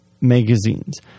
magazines